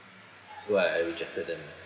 that's why I rejected them